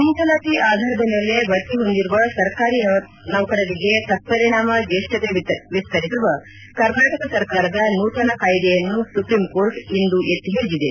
ಮೀಸಲಾತಿ ಆಧಾರದ ಮೇಲೆ ಬಡ್ತಿ ಹೊಂದಿರುವ ಸರ್ಕಾರಿ ನೌಕರರಿಗೆ ತತ್ಪರಿಣಾಮ ಜೇಷ್ಠತೆ ವಿಸ್ತರಿಸುವ ಕರ್ನಾಟಕ ಸರ್ಕಾರದ ನೂತನ ಕಾಯ್ದೆಯನ್ನು ಸುಪ್ರೀಂಕೋರ್ಟ್ ಇಂದು ಎತ್ತಿ ಹಿಡಿದಿದೆ